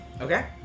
Okay